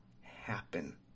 happen